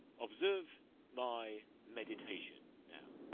observe my meditation now.